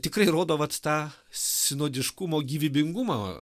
tikrai rodo vat tą sinodiškumo gyvybingumą